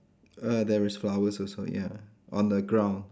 err there is flowers also ya on the ground